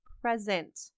present